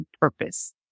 purpose